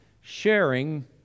sharing